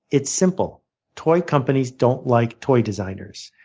it's simple toy companies don't like toy designers.